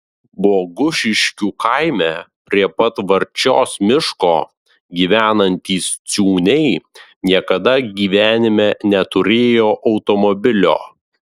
bogušiškių kaime prie pat varčios miško gyvenantys ciūniai niekada gyvenime neturėjo automobilio